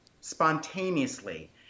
spontaneously